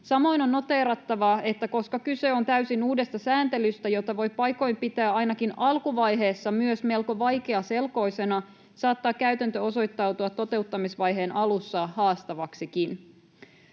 Samoin on noteerattavaa, että koska kyse on täysin uudesta sääntelystä, jota voi paikoin pitää ainakin alkuvaiheessa myös melko vaikeaselkoisena, saattaa käytäntö osoittautua toteuttamisvaiheen alussa haastavaksikin.